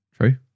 True